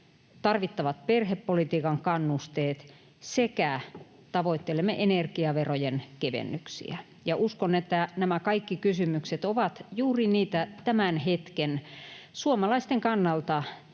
tarvittavat perhepolitiikan kannusteet sekä tavoittelemme energiaverojen kevennyksiä, ja uskon, että nämä kaikki kysymykset ovat juuri niitä suomalaisten kannalta